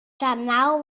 kanaal